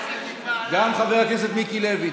גם חבר הכנסת מיקי לוי.